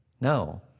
No